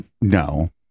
no